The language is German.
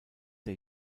der